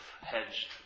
hedged